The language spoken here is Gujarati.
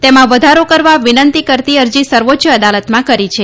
તેમાં વધારો કરવા વિનંતી કરતી અરજી સર્વોચ્ય અદાલતમાં કરી છે